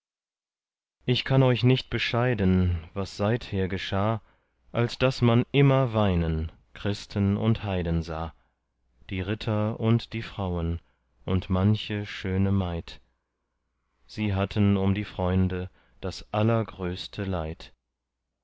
ich kann euch nicht bescheiden was seither geschah als daß man immer weinen christen und heiden sah die ritter und die frauen und manche schöne maid sie hatten um die freunde das allergrößte leid